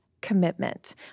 commitment